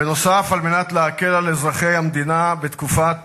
בנוסף, על מנת להקל על אזרחי המדינה בתקופת